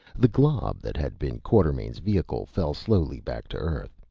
the glob that had been quartermain's vehicle fell slowly back to earth,